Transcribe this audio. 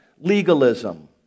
legalism